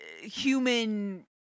human